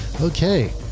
Okay